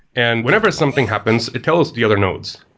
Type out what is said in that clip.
and whenever something happens, it tells the other nodes,